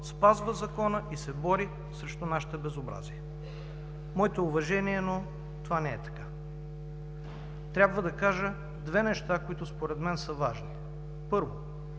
спазва закона и се бори срещу нашите безобразия. Моите уважения, но това не е така. Трябва да кажа две неща, които според мен са важни. Първо,